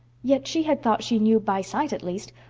yet she had thought she knew, by sight at least,